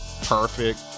perfect